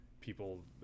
people